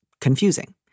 confusing